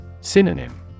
Synonym